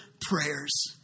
prayers